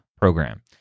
program